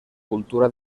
cultura